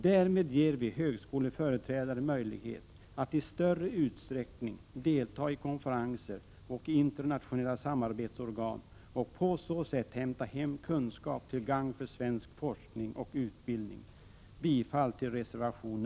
Därmed ger vi högskoleföreträdare möjlighet att i större utsträckning delta i konferenser och internationella samarbetsorgan och på så sätt hämta hem kunskap till gagn för svensk forskning och utbildning.